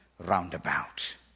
Roundabout